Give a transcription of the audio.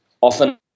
often